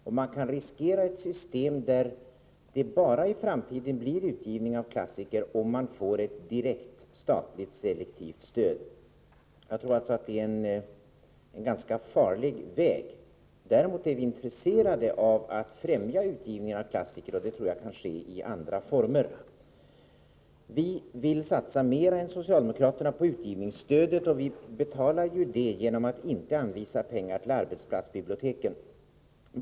Och vi kan riskera att det i framtiden blir ett system där klassiker ges ut endast om man får direkt, statligt selektivt stöd. Jag tror därför att ett sådant stöd är en ganska farlig väg. Däremot är vi intresserade av att främja utgivning av klassiker, och det tror jag kan ske i andra former. Vi vill satsa mer än socialdemokraterna på utgivningsstödet, och vi betalar det genom att inte anvisa pengar till arbetsplatsbiblioteken.